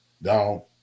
Now